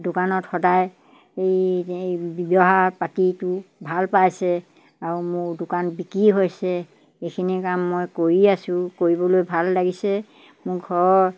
দোকানত সদায় এই ব্যৱসায় পাতিটো ভাল পাইছে আৰু মোৰ দোকান বিক্ৰীও হৈছে এইখিনি কাম মই কৰি আছোঁ কৰিবলৈ ভাল লাগিছে মোৰ ঘৰৰ